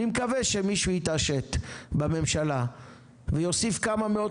אני מקווה שמישהו יתעשת בממשלה ויוסיף כמה מאות